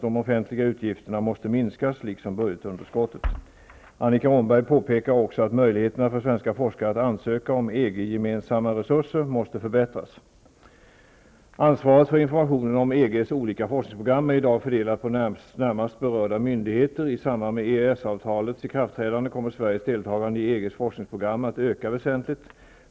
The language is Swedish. De offentliga utgifterna måste minskas, liksom budgetunderskottet. Annika Åhnberg påpekar också att möjligheterna för svenska forskare att ansöka om EG-gemensamma resurser måste förbättras. Ansvaret för informationen om EG:s olika forskningsprogram är i dag fördelat på närmast berörda myndigheter. I samband med EES-avtalets ikraftträdande kommer Sveriges deltagande i EG:s forskningsprogram att öka väsentligt.